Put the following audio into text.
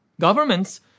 Governments